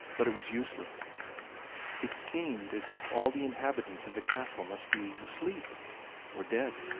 but it was useless it seemed as if all the inhabitants of the castle must be asleep or dead.